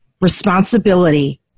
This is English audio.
Responsibility